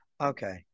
okay